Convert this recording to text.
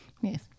Yes